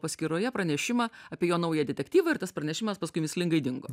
paskyroje pranešimą apie jo naują detektyvą ir tas pranešimas paskui mįslingai dingo